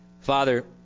Father